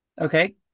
Okay